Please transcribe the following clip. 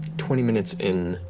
twenty minutes in,